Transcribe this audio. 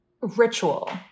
ritual